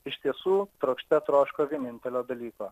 iš tiesų trokšte troško vienintelio dalyko